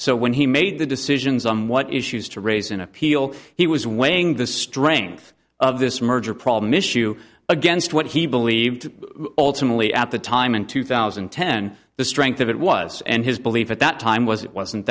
so when he made the decisions on what issues to raise in appeal he was weighing the strength of this merger problem issue against what he believed alternately at the time in two thousand and ten the strength of it was and his belief at that time was it wasn't